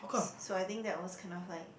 so I think that was kind of like